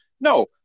No